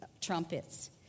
Trumpets